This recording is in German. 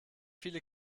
viele